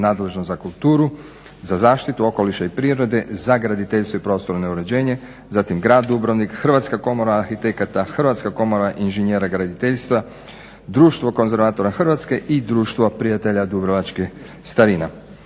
nadležno za kulturu, za zaštitu okoliša i prirode, za graditeljstvo i prostorno uređenje, zatim Grad Dubrovnik, Hrvatska komora arhitekata, Hrvatska komora inžinjera graditeljstva, Društvo konzervatora Hrvatske i Društvo prijatelja dubrovačke starine.